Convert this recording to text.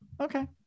Okay